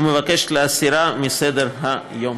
ומבקשת להסירה מסדר-היום.